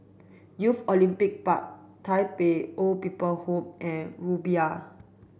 Youth Olympic Park Tai Pei Old People's Home and Rumbia